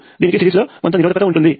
దీనికి సిరీస్లో కొంత నిరోధకత ఉంది